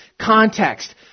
context